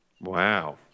Wow